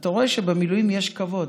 ואתה רואה שבמילואים יש כבוד.